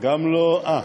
איפה את?